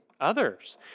others